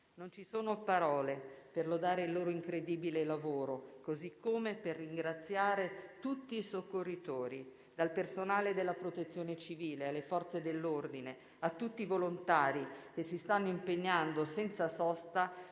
Non ci sono parole per lodare il loro incredibile lavoro, così come per ringraziare tutti i soccorritori, dal personale della Protezione civile alle Forze dell'ordine, a tutti i volontari che si stanno impegnando senza sosta